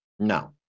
No